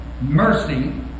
mercy